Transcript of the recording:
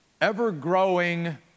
ever-growing